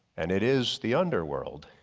and it is the underworld.